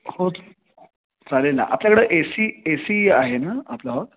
हो चालेल ना आपल्याकडं ए सी ए सी आहे ना आपला हॉल